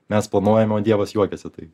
mes planuojam o dievas juokiasi tai